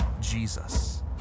Jesus